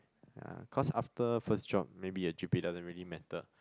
ya cause after first job maybe your G_P_A doesn't really matter